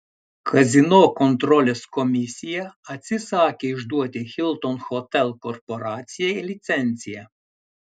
kazino kontrolės komisija atsisakė išduoti hilton hotel korporacijai licenciją